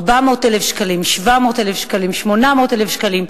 400,000 שקלים, 700,000 שקלים, 800,000 שקלים.